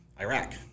Iraq